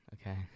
okay